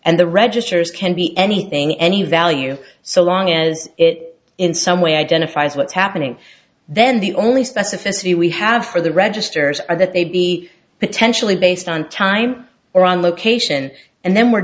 and the registers can be anything any value so long as it in some way identifies what's happening then the only specificity we have for the registers are that they be potentially based on time or on location and then were